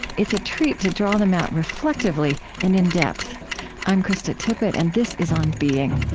it's a treat to draw them out reflectively and in depth i'm krista tippett, and this is on being